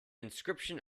inscription